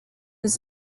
was